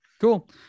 Cool